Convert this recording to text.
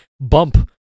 bump